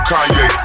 Kanye